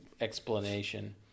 explanation